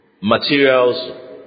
materials